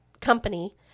company